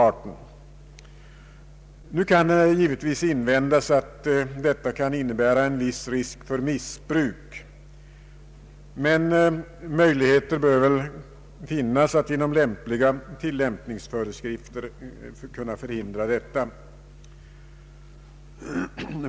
Givetvis kan det invändas att detta kan innebära en viss risk för missbruk, men möjligheter bör finnas att genom lämpliga tilllämpningsföreskrifter förhindra <sådant.